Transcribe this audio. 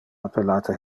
appellate